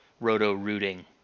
roto-rooting